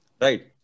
Right